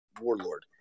Warlord